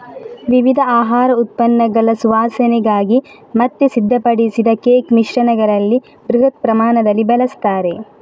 ವಿವಿಧ ಆಹಾರ ಉತ್ಪನ್ನಗಳ ಸುವಾಸನೆಗಾಗಿ ಮತ್ತೆ ಸಿದ್ಧಪಡಿಸಿದ ಕೇಕ್ ಮಿಶ್ರಣಗಳಲ್ಲಿ ಬೃಹತ್ ಪ್ರಮಾಣದಲ್ಲಿ ಬಳಸ್ತಾರೆ